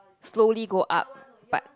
slowly go up but